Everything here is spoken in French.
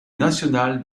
nationale